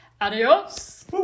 Adios